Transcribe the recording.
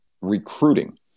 recruiting